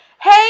hey